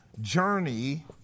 journey